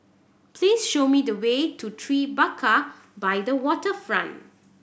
please show me the way to Tribeca by the Waterfront